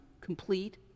complete